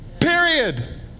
Period